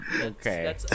okay